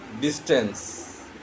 distance